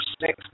six